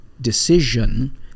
decision